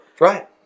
Right